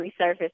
resurfaced